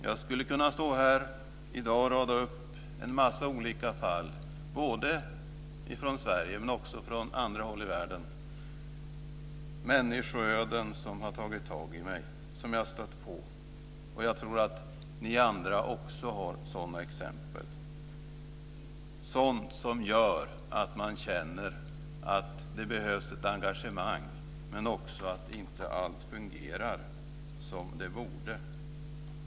Jag skulle kunna stå här i dag och rada upp en mängd olika fall både från Sverige och från andra håll i världen, människoöden som jag har stött på, och jag tror att ni andra har sådana exempel, och som gör att jag känner att det behövs ett engagemang och allt inte fungerar som det borde.